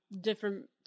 different